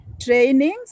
trainings